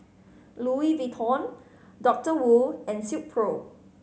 Louis Vuitton Doctor Wu and Silkpro